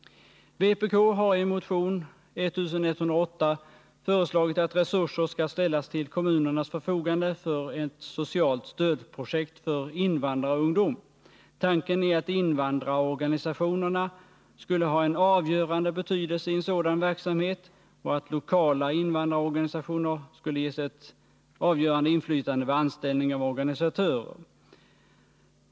Vpk har i motion 1108 föreslagit att resurser skall ställas till kommunernas förfogande för ett socialt stödprojekt för invandrarungdom. Tanken är att invandrarorganisationerna skulle ha en avgörande betydelse i en sådan verksamhet och att lokala invandrarorganisationer skulle ges ett avgörande inflytande vid anställning av organisatörer.